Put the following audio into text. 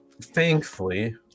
thankfully